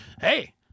hey